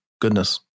goodness